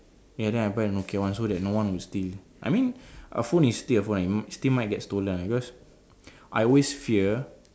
ya then I buy a Nokia one so that no one will steal I mean a phone is still a phone it it still might get stolen because I always fear